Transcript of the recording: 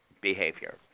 behavior